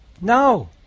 No